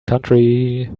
country